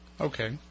okay